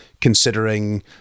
considering